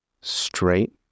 straight